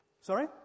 Sorry